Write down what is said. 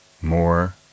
more